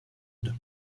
ovest